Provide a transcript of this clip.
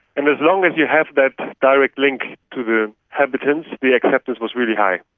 and as long as you have that direct link to the habitants, the acceptance was really high.